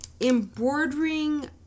embroidering